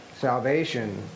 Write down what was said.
salvation